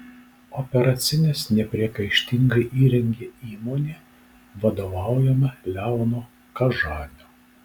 operacines nepriekaištingai įrengė įmonė vadovaujama leono kažanio